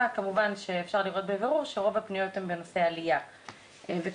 כמובן שאפשר לראות בבירור שרוב הפניות הן בנושא עלייה וקליטה,